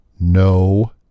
no